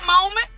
moment